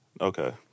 Okay